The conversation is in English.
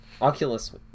oculus